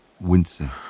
wincing